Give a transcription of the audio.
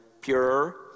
pure